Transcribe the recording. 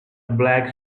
black